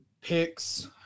Picks